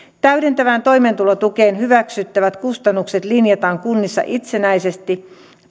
täydentävään toimeentulotukeen hyväksyttävät kustannukset linjataan kunnissa itsenäisesti